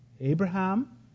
Abraham